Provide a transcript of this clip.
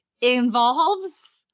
involves